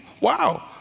Wow